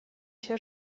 się